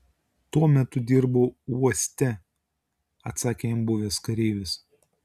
tuo metu dirbau uoste atsakė jam buvęs kareivis